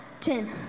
Ten